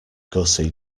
gussie